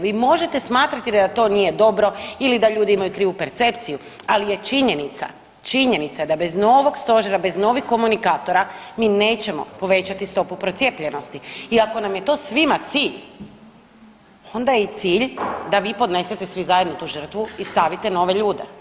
Vi možete smatrati da to nije dobro ili da ljudi imaju krivu percepciju, ali je činjenica, činjenica je da bez novog stožera i bez novih komunikatora mi nećemo povećati stopu procijepljenosti i ako nam je to svima cilj onda je i cilj da vi podnesete svi zajedno tu žrtvu i stavite nove ljude.